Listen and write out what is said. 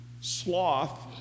sloth